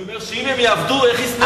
אני אומר, שאם הם יעבדו איך ישנאו אותם?